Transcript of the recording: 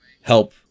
help